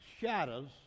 shadows